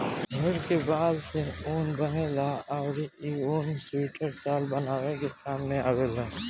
भेड़ के बाल से ऊन बनेला अउरी इ ऊन सुइटर, शाल बनावे के काम में आवेला